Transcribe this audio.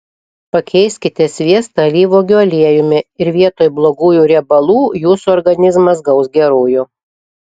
pakeiskite sviestą alyvuogių aliejumi ir vietoj blogųjų riebalų jūsų organizmas gaus gerųjų